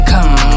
Come